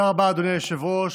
תודה רבה, אדוני היושב-ראש.